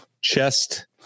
chest